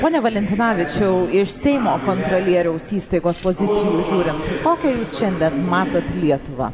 pone valentinavičiau iš seimo kontrolieriaus įstaigos pozicijų žiūrint kokią jūs šiandien matot lietuvą